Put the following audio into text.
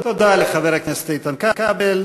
תודה לחבר הכנסת איתן כבל.